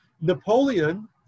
Napoleon